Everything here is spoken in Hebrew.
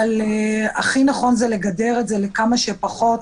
אבל הכי נכון זה לגדר את זה לכמה שפחות,